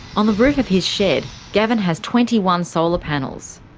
on the roof of his shed, gavin has twenty one solar panels.